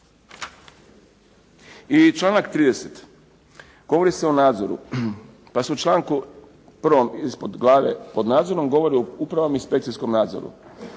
I članak 30. govori se o nadzoru pa se u članku 1. ispod glave pod nadzorom govori o upravnom inspekcijskom nadzoru.